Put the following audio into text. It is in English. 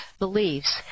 beliefs